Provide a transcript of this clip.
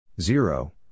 zero